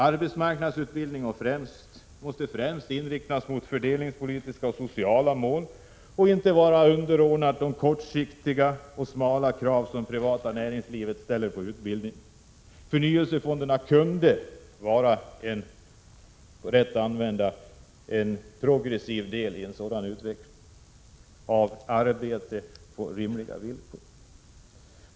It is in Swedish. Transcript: Arbetsmarknadsutbildningen måste främst inriktas mot fördelningspolitiska och sociala mål i stället för att vara underordnad de kortsiktiga och smala krav som det privata näringslivet ställer på utbildningen. Förnyelsefonderna kunde, rätt använda, vara en progressiv del i en sådan utveckling för arbete på rimliga villkor.